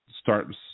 start